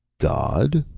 god?